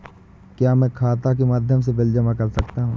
क्या मैं खाता के माध्यम से बिल जमा कर सकता हूँ?